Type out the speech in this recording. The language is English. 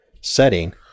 setting